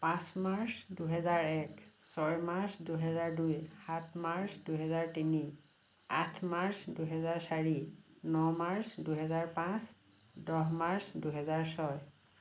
পাঁচ মাৰ্চ দুহেজাৰ এক ছয় মাৰ্চ দুহেজাৰ দুই সাত মাৰ্চ দুহেজাৰ তিনি আঠ মাৰ্চ দুহেজাৰ চাৰি ন মাৰ্চ দুহেজাৰ পাঁচ দহ মাৰ্চ দুহেজাৰ ছয়